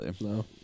No